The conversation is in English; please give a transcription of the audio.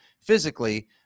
physically